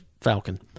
falcon